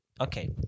Okay